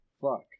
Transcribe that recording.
fuck